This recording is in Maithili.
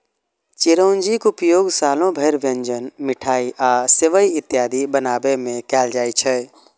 चिरौंजीक उपयोग सालो भरि व्यंजन, मिठाइ आ सेवइ इत्यादि बनाबै मे कैल जाइ छै